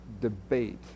debate